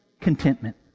contentment